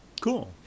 Cool